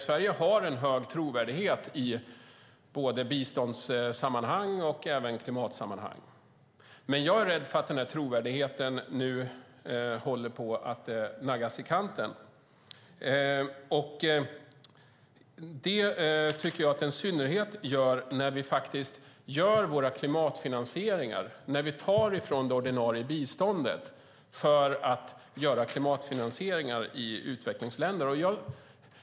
Sverige har en hög trovärdighet i både bistånds och klimatsammanhang. Men jag är rädd för att denna trovärdighet nu håller på att naggas i kanten. Det tycker jag att den gör i synnerhet när vi gör våra klimatfinansieringar och när vi tar från det ordinarie biståndet för att göra klimatfinansieringar i utvecklingsländer.